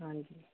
ਹਾਂਜੀ